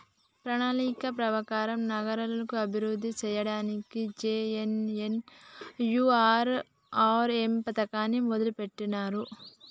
ప్రణాళిక ప్రకారం నగరాలను అభివృద్ధి సేయ్యడానికి జే.ఎన్.ఎన్.యు.ఆర్.ఎమ్ పథకాన్ని మొదలుబెట్టిర్రు